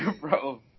Bro